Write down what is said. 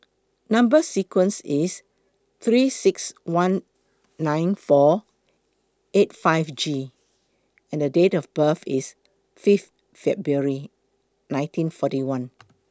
Number sequence IS three six one nine four eight five G and Date of birth IS Fifth February nineteen forty one